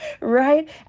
right